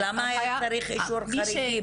אז למה היה צריך אישור חריגים?